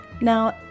Now